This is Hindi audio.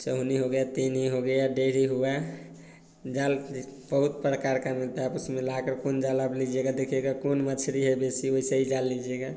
चौनी हो गया तीनी हो गया डेहरी हुआ जाल जिस बहुत प्रकार का मिलता है उसमें लाकर कौन जाल आप लीजिएगा देखिएगा कौन मछली है बेसी वैसे ही जाल लीजिएगा